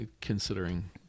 considering